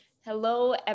Hello